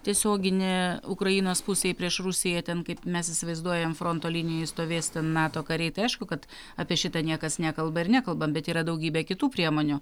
tiesiogine ukrainos pusėj prieš rusiją ten kaip mes įsivaizduojam fronto linijoj stovės ten nato kariai tai aišku kad apie šitą niekas nekalba ir nekalbam bet yra daugybė kitų priemonių